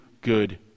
good